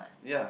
ya